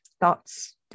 thoughts